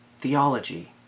theology